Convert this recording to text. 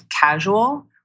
casual